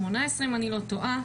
אם אינני טועה,